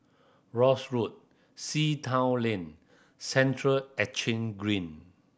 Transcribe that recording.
Rosyth Road Sea Town Lane Central Exchange Green